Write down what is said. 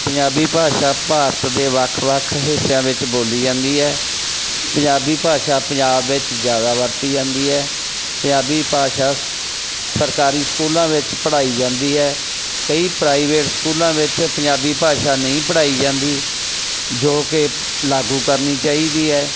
ਪੰਜਾਬੀ ਭਾਸ਼ਾ ਭਾਰਤ ਦੇ ਵੱਖ ਵੱਖ ਹਿੱਸਿਆਂ ਵਿੱਚ ਬੋਲੀ ਜਾਂਦੀ ਹੈ ਪੰਜਾਬੀ ਭਾਸ਼ਾ ਪੰਜਾਬ ਵਿੱਚ ਜ਼ਿਆਦਾ ਵਰਤੀ ਜਾਂਦੀ ਹੈ ਪੰਜਾਬੀ ਭਾਸ਼ਾ ਸ ਸਰਕਾਰੀ ਸਕੂਲਾਂ ਵਿੱਚ ਪੜ੍ਹਾਈ ਜਾਂਦੀ ਹੈ ਕਈ ਪ੍ਰਾਈਵੇਟ ਸਕੂਲਾਂ ਵਿੱਚ ਪੰਜਾਬੀ ਭਾਸ਼ਾ ਨਹੀਂ ਪੜ੍ਹਾਈ ਜਾਂਦੀ ਜੋ ਕਿ ਲਾਗੂ ਕਰਨੀ ਚਾਹੀਦੀ ਹੈ